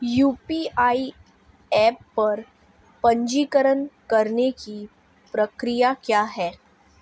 UPI app पर पंजीकरण करने की प्रक्रिया क्या है?